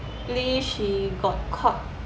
she got caught